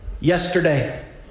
yesterday